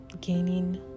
gaining